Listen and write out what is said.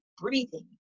breathing